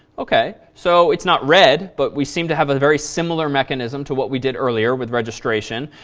ok. so it's not read but we seem to have a very similar mechanism to what we did earlier with registration.